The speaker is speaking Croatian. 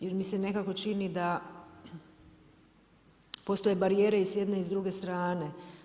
Jer mi se nekako čini da postoje barijere i s jedne i s druge strane.